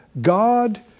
God